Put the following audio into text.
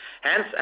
Hence